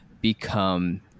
become